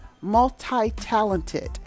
multi-talented